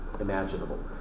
imaginable